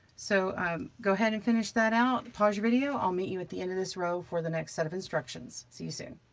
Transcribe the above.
so go ahead and finish that out, pause your video. i'll meet you at the end of this row for the next set of instructions, see you soon.